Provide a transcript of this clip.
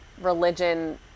religion